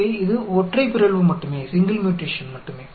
तो यह केवल एक म्यूटेशन है